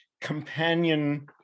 companion